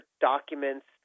documents